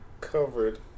covered